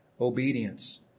obedience